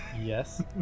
Yes